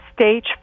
stage